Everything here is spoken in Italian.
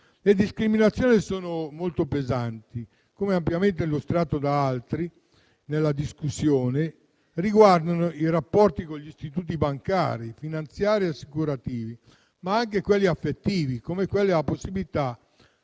Le discriminazioni sono molto pesanti, come ampiamente illustrato da altri nella discussione, e riguardano i rapporti con gli istituti bancari, finanziari e assicurativi, ma anche quelli affettivi, come la possibilità